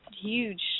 huge